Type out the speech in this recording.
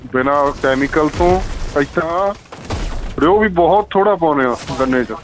ਬਿਨਾਂ ਕੈਮੀਕਲ ਤੋਂ ਅਸੀਂ ਤਾਂ ਰਿਓ ਵੀ ਬਹੁਤ ਥੋੜ੍ਹਾ ਪਾਉਂਦੇ ਹਾਂ ਗੰਨੇ 'ਚ